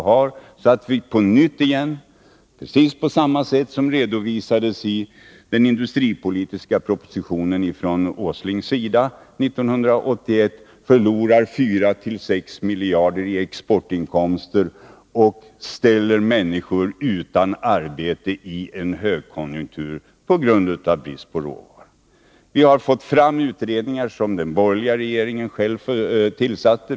Vi har inte råd att än en gång, på sätt som redovisades i den industripolitiska propositionen från Nils Åsling 1981, förlora 4-6 miljarder kronor i exportinkomster och att människor ställs utan arbete i en högkonjunktur på grund av brist på råvaror. Vi har haft utredningar med uppgift att lösa dessa problem som de borgerliga regeringarna själva tillsatte.